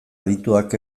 adituek